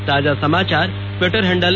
ताजा समाचार Twitter handle